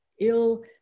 ill